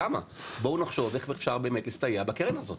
בואו נחשוב איך אפשר באמת להסתייע בקרן הזאת,